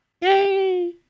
Yay